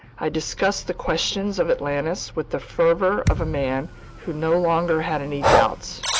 i discussed the question of atlantis with the fervor of a man who no longer had any doubts.